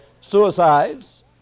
suicides